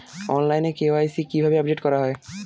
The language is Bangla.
অনলাইনে কে.ওয়াই.সি কিভাবে আপডেট করা হয়?